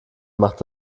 macht